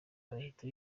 bihita